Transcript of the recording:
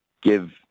give